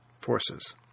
forces